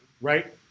right